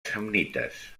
samnites